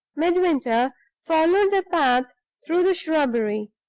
midwinter followed the path through the shrubbery,